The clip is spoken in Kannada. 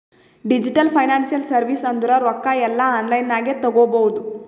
ಡಿಜಿಟಲ್ ಫೈನಾನ್ಸಿಯಲ್ ಸರ್ವೀಸ್ ಅಂದುರ್ ರೊಕ್ಕಾ ಎಲ್ಲಾ ಆನ್ಲೈನ್ ನಾಗೆ ತಗೋಬೋದು